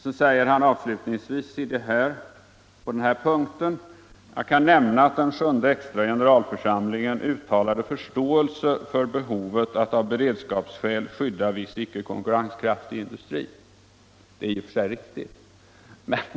Sedan tillägger han avslutningsvis på den här punkten: ”Jag kan nämna att den sjunde extra generalförsamlingen uttalade förståelse för behovet att av beredskapsskäl skydda viss icke-konkurrenskraftig industri.” Det är i och för sig riktigt.